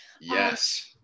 Yes